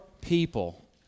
people